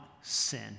sin